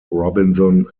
robinson